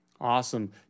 Awesome